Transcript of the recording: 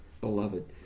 beloved